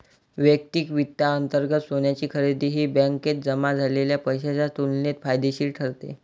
वैयक्तिक वित्तांतर्गत सोन्याची खरेदी ही बँकेत जमा झालेल्या पैशाच्या तुलनेत फायदेशीर ठरते